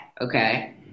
okay